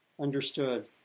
understood